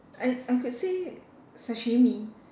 I I could say sashimi